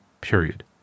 period